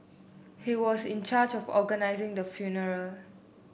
he was in charge of organising the funeral